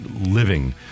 living